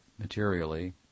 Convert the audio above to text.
materially